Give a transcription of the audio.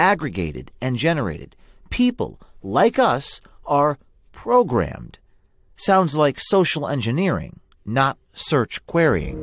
aggregated and generated people like us are programmed sounds like social engineering not search